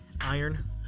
iron